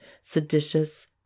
seditious